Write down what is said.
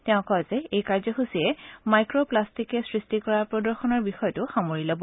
তেওঁ কয় যে এই কাৰ্যসূচীয়ে মাইক্ৰ প্লাট্টিকে সৃষ্টি কৰা প্ৰদূষণৰ বিষয়টো সামৰি ল'ব